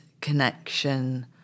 connection